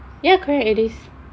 ya correct it is